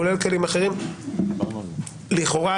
לכאורה,